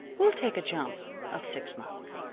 we'll take a jump of six months.